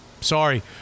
sorry –